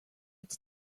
its